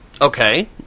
Okay